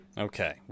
Okay